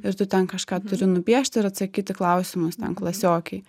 ir tu ten kažką turi nupiešti ir atsakyt į klausimus ten klasiokei